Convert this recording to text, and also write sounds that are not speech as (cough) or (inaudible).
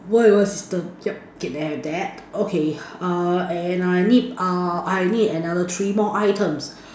why why what system yup okay I'll have that okay (breath) err and I need err I need another three more items